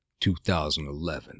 2011